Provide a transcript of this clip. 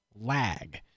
lag